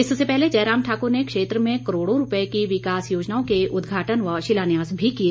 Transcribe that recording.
इससे पहले जयराम ठाकुर ने क्षेत्र में करोड़ों रुपये की विकास योजनाओं के उदघाटन व शिलान्यास भी किए